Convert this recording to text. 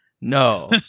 No